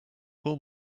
pull